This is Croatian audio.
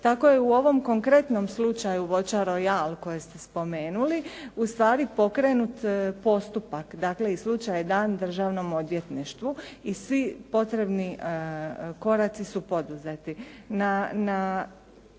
Tako je u ovom konkretnom slučaju "Voće rojal" koje ste spomenuli, ustvari pokrenut postupak, dakle i slučaj je dan državnom odvjetništvu i svi potrebni koraci su poduzeti.